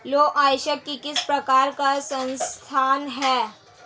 लौह अयस्क किस प्रकार का संसाधन है?